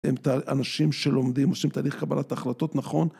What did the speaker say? הם אנשים שלומדים, שתהליך קבלת ההחלטות נכון.